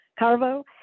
Carvo